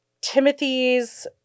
Timothy's